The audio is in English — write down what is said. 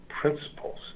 principles